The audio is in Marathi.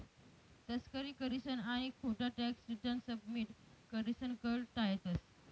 तस्करी करीसन आणि खोटा टॅक्स रिटर्न सबमिट करीसन कर टायतंस